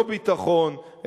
לא ביטחון,